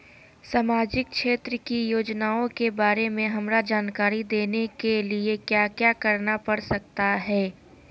सामाजिक क्षेत्र की योजनाओं के बारे में हमरा जानकारी देने के लिए क्या क्या करना पड़ सकता है?